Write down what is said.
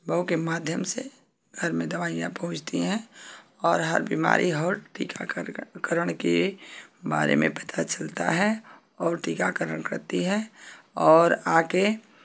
ओंके माध्यम से घर में दवाईयाँ पहोंचती हैं और हर बीमारी हर टीकाकारकरण के बारे में पता चलता है और टीकाकरण करती है और आके